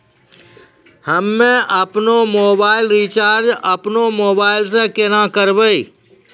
हम्मे आपनौ mobile recharge आपनौ मोबाइल से केना करवै?